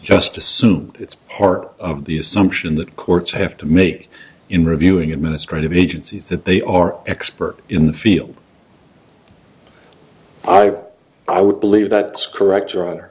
just assume it's part of the assumption that courts have to make in reviewing administrative agencies that they are expert in the field are i would believe that's correct you